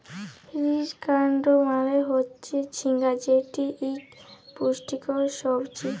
ridge gourd মালে হচ্যে ঝিঙ্গা যেটি ইক পুষ্টিকর সবজি